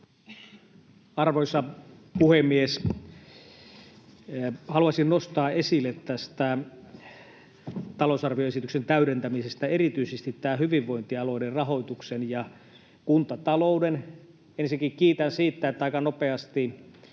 Arvoisa puhemies! Haluaisin nostaa esille tästä talousarvioesityksen täydentämisestä erityisesti tämän hyvinvointialueiden rahoituksen ja kuntatalouden. Ensinnäkin kiitän siitä, että aika nopeasti